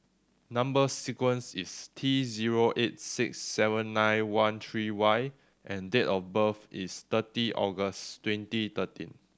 number sequence is T zero eight six seven nine one three Y and date of birth is thirty August twenty thirteen